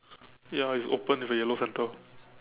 ya it's open with a yellow center